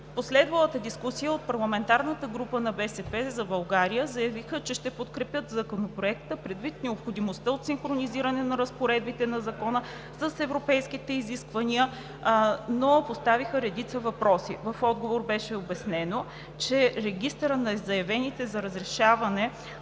последвалата дискусия от парламентарната група на „БСП за България“ заявиха, че ще подкрепят Законопроекта, предвид необходимостта от синхронизиране на разпоредбите на Закона с европейските изисквания, но поставиха редица въпроси. В отговор беше обяснено, че регистърът на заявените за разрешаване